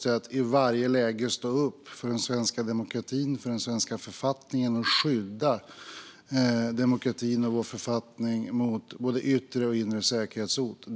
att i varje läge stå upp för den svenska demokratin och för den svenska författningen och att skydda demokratin och vår författning mot både yttre och inre säkerhetshot.